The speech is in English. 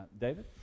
David